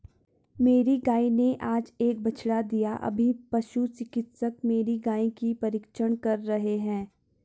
मेरी गाय ने आज एक बछड़ा दिया अभी पशु चिकित्सक मेरी गाय की परीक्षण कर रहे हैं